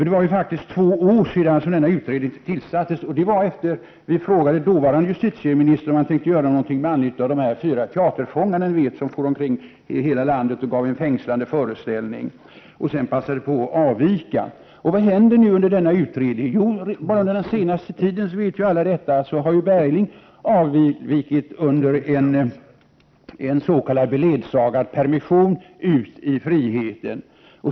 Det är nu faktiskt två år sedan utredningen tillsattes. Det skedde efter det att vi frågat dåvarande justitieministern om han tänkte göra något med anledning av de s.k. teaterfångarna, de fyra fångar som vi vet for omkring i hela landet och gav en fängslande föreställning och sedan passade på att avvika. Vad händer nu medan utredningen pågår? Ja, bara under senaste tiden har ju, som alla vet, Bergling avvikit ut i friheten under en s.k. beledsagad permission.